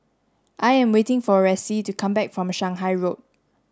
I am waiting for Reece to come back from Shanghai Road